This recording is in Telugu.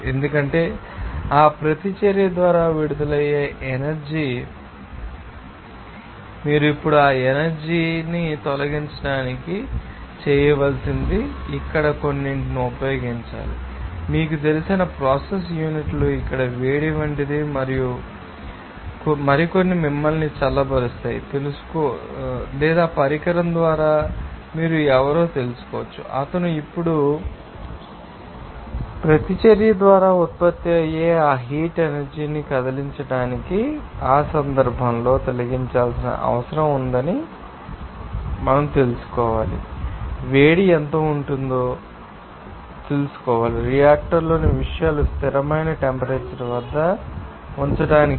ఎందుకంటే ఆ ప్రతిచర్య ద్వారా విడుదలయ్యే ఎనర్జీ మీకు తెలుస్తుంది మీరు ఇప్పుడు ఆ ఎనర్జీ ని తీసివేయాలి ఆ ఎనర్జీ ని తొలగించడానికి మీరు చేయవలసినది మీరు ఇక్కడ కొన్నింటిని ఉపయోగించాలి మీకు తెలిసిన ప్రాసెస్ యూనిట్ ఇక్కడ వేడి వంటిది లేదా మరికొన్ని మిమ్మల్ని చల్లబరుస్తుంది తెలుసుకోండి లేదా పరికరం ద్వారా మీరు ఎవరో తెలుసుకోవచ్చు అతను ఇప్పుడు ప్రతిచర్య ద్వారా ఉత్పత్తి అయ్యే ఆ హీట్ ఎనర్జీ ని కదిలించాడని మీకు తెలుసు ఆ సందర్భంలో మీరు తొలగించాల్సిన అవసరం ఉందని మీకు తెలుసుకోవలసిన వేడి ఎంత ఉంటుందో మీరు తెలుసుకోవాలి రియాక్టర్లోని విషయాలను స్థిరమైన టెంపరేచర్ వద్ద ఉంచడానికి